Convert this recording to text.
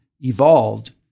evolved